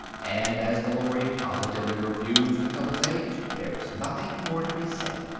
and as the lory positively refused to tell its age, there was nothing more to be said.